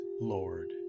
Lord